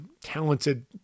talented